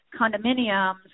condominiums